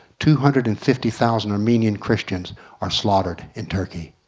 two hundred and fifty thousand armenian christians are slaughtered in turkey.